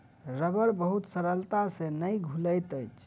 रबड़ बहुत सरलता से नै घुलैत अछि